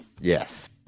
Yes